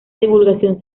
divulgación